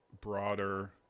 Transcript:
broader